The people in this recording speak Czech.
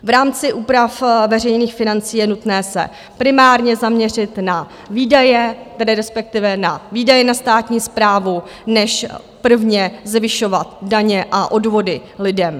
V rámci úprav veřejných financí je nutné se primárně zaměřit na výdaje, tedy respektive na výdaje na státní správu, než prvně zvyšovat daně a odvody lidem.